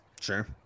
Sure